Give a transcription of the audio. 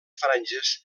franges